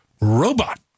robot